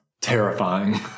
terrifying